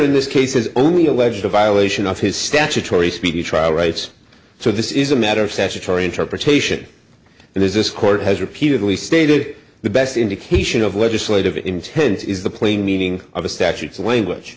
in this case is only alleged a violation of his statutory speedy trial rights so this is a matter of statutory interpretation and as this court has repeatedly stated the best indication of legislative intent is the plain meaning of the statutes language